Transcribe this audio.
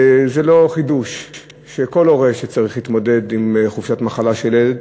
זה לא חידוש שכל הורה שצריך להתמודד עם חופשת מחלה של ילד,